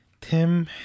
Tim